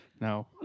no